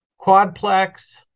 quadplex